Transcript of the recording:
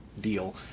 deal